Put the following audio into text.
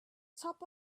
top